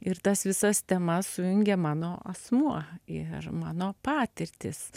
ir tas visas temas sujungia mano asmuo ir mano patirtys